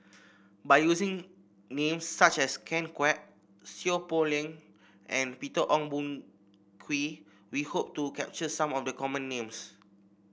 by using names such as Ken Kwek Seow Poh Leng and Peter Ong Boon Kwee we hope to capture some of the common names